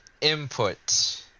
input